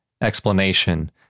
explanation